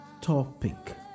topic